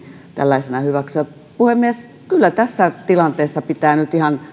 tällaisena hyväksyä puhemies kyllä tässä tilanteessa pitää nyt ihan